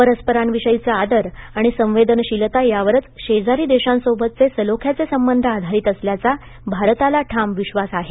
परस्परांविषयीचाआदर आणि संवेदनशीलता यावरच शेजारी देशांसोबतचे सलोख्याचे संबंध आधारित असल्याचा भारताला ठाम विश्वास आहे